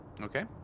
Okay